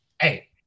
Hey